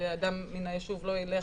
שאדם מן היישוב לא ילך,